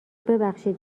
ببخشید